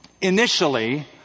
initially